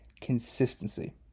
consistency